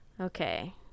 Okay